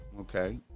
Okay